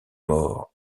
mort